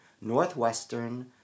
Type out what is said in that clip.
Northwestern